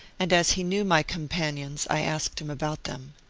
and as he knew my companions i asked him about them.